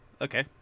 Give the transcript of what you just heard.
Okay